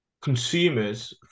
consumers